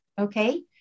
Okay